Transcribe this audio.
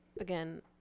again